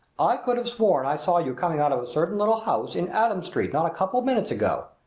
i could have sworn i saw you coming out of a certain little house in adam street not a couple of minutes ago.